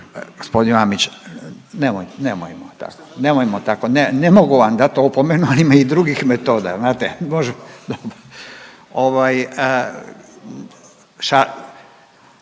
nemojmo tako, nemojmo tako, ne mogu vam dati opomenu ali ima i drugih metoda